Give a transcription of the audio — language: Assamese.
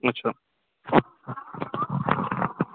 অচ্ছা